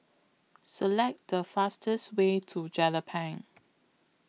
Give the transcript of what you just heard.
Select The fastest Way to Jelapang